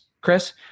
Chris